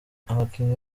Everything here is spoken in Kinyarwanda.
abakinnyi